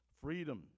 freedom